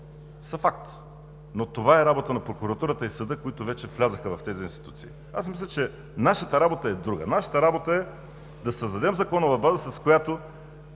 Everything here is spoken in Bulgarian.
са факт, но това е работа на прокуратурата и съда, които вече влязоха в тези институции. Аз мисля, че нашата работа е друга. Нашата работа е да създадем законова база, с която